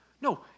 No